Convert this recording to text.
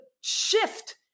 shift